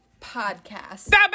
Podcast